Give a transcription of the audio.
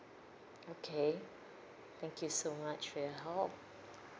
okay thank you so much for your help